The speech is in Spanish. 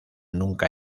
nunca